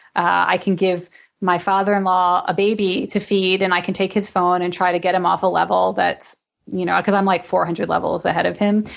i can give my father-in-law a baby to feed and i can take his phone and try to get him off a level that's you know because i'm like four hundred levels ahead of him.